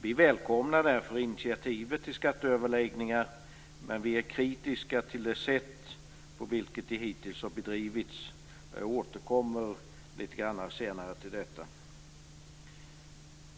Vi välkomnar därför initiativet till skatteöverläggningar, men vi är kritiska till det sätt på vilket de hittills har bedrivits. Jag återkommer lite senare till detta.